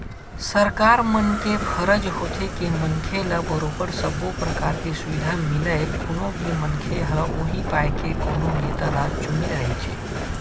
सरकार मन के फरज होथे के मनखे ल बरोबर सब्बो परकार के सुबिधा मिलय कोनो भी मनखे ह उहीं पाय के कोनो नेता ल चुने रहिथे